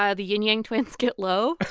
ah the ying yang twins' get low.